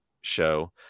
show